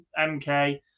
MK